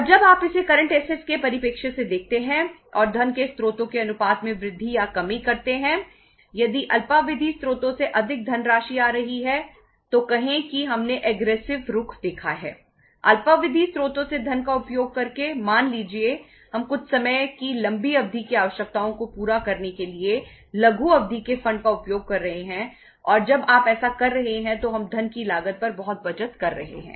और जब आप इसे करंट ऐसेटस का उपयोग कर रहे हैं और जब आप ऐसा कर रहे हैं तो हम धन की लागत पर बहुत बचत कर रहे हैं